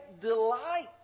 delight